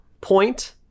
point